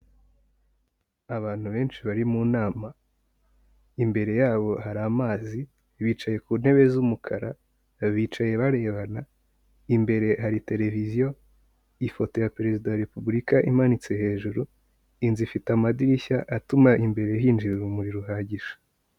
Abantu benshi bari mu nama, imbere yabo hari amazi, bicaye ku ntebe z'umukara, bicaye barebana, imbere hari tereviziyo, ifoto ya Perezida wa Repubulika imanitse hejuru, inzu ifite amadirishya atuma imbere hinjira urumuri ruhagije.